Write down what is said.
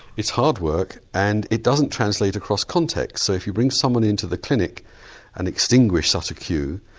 it's hard work and it doesn't translate across context so if you bring someone into the clinic and extinguish such a cue,